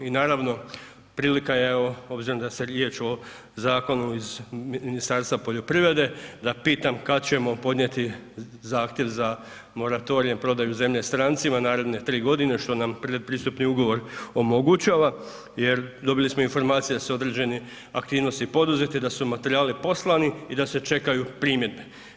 I naravno, prilika je evo obzirom da je riječ o zakonu iz Ministarstva poljoprivrede, da pitam kad ćemo podnijeti zahtjev za moratorij prodaju zemlje strancima naredne 3 g. što nam pristupni ugovor omogućava jer dobili smo informacije da su određene aktivnosti poduzete i da su materijali poslani i da se čekaju primjedbe.